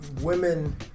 women